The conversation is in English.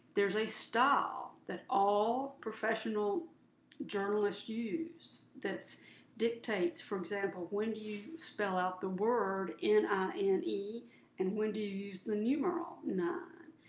there's a style that all professional journalists use that dictates, for example, when do you spell out the word n i n e and when do you use the numeral nine?